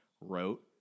wrote